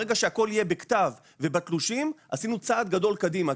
ברגע שהכול יהיה בכתב ובתלושים עשינו צעד גדול קדימה,